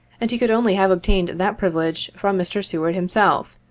and he could only have obtained that privilege from mr. seward himself,